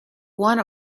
one